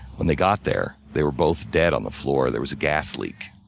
when they got there, they were both dead on the floor. there was a gas leak.